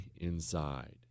inside